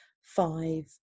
five